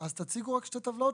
אז תציגו רק שתי טבלאות,